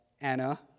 Anna